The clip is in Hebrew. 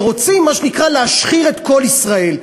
שרוצים מה שנקרא להשחיר את כל ישראל.